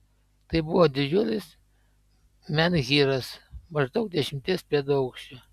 tai buvo didžiulis menhyras maždaug dešimties pėdų aukščio